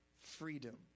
Freedom